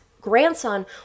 grandson